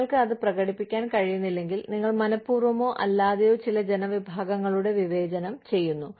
നിങ്ങൾക്ക് അത് പ്രകടിപ്പിക്കാൻ കഴിയുന്നില്ലെങ്കിൽ നിങ്ങൾ മനഃപൂർവ്വമോ അല്ലാതെയോ ചില ജനവിഭാഗങ്ങളുടെ വിവേചനം ചെയ്തു